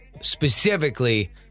specifically